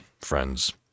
friends